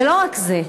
ולא רק זה: